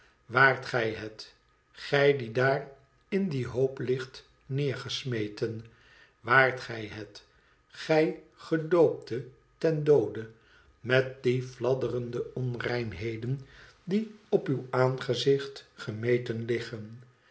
waart gij het gij die daar in dien hoop ligt neergesmeten waart gij het gij gedoopte ten doode met die fladderende onreinheden die op uw aangezicht gemeten liggen